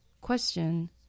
Question